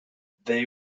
they